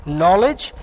knowledge